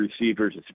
receivers